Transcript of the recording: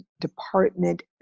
department